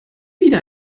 wieder